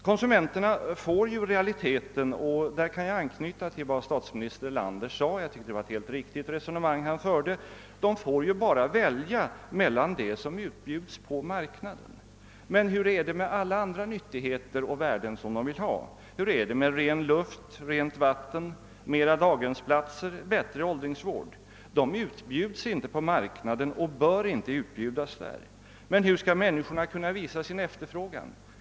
Konsumenterna får i realiteten — därvidlag kan jag anknyta till statsminister Erlanders resonemang — bara välja mellan de varor som utbjuds på marknaden. Men hur är det med alla andra nyttigheter och värden som de vill ha? Hur är det med ren luft, rent vatten, flera daghemsplatser, bättre åldringsvård? Sådant utbjuds inte på marknaden och bör inte heller utbjudas där. Hur skall då människorna kunna visa sin efterfrågan?